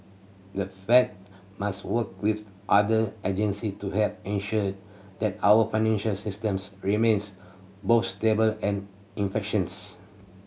the Fed must work with other agency to help ensure that our financial systems remains both stable and efficient